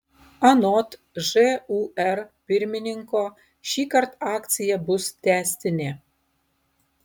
anot žūr pirmininko šįkart akcija bus tęstinė